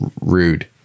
rude